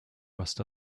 worst